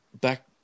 back